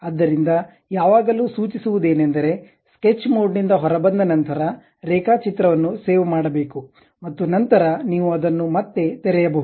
ಆದ್ದರಿಂದ ಯಾವಾಗಲೂ ಸೂಚಿಸುವದೇನೆಂದರೆ ಸ್ಕೆಚ್ ಮೋಡ್ನಿಂದ ಹೊರಬಂದ ನಂತರ ರೇಖಾಚಿತ್ರವನ್ನು ಅನ್ನು ಸೇವ್ ಮಾಡಬೇಕು ಮತ್ತು ನಂತರ ನೀವು ಅದನ್ನು ಮತ್ತೆ ತೆರೆಯಬಹುದು